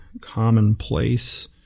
commonplace